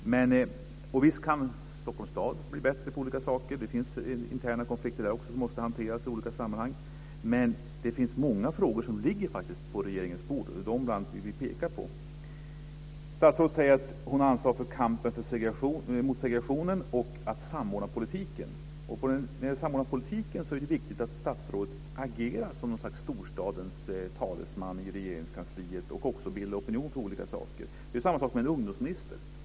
Visst kan Stockholms stad bli bättre på olika saker. Det finns där interna konflikter som måste hanteras i olika sammanhang, men det ligger många frågor på regeringens bord, och det är bl.a. dem som vi pekar på. Statsrådet säger att hon har ansvaret för kampen mot segregationen och för samordningen av politiken. När det gäller samordningspolitiken är det viktigt att statsrådet agerar som ett slags storstadens talesman i Regeringskansliet och även bildar opinion i olika frågor. Det är samma sak med en ungdomsminister.